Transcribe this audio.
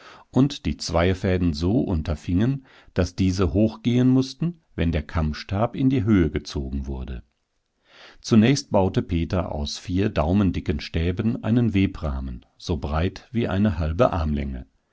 und die zweierfäden so unterfingen daß diese hochgehen mußten wenn der kammstab in die höhe gezogen wurde zunächst baute peter aus vier daumendicken stäben einen webrahmen so breit wie eine halbe armlänge